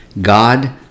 God